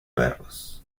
perros